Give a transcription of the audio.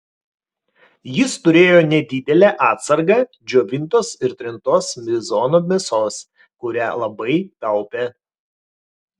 jis turėjo nedidelę atsargą džiovintos ir trintos bizono mėsos kurią labai taupė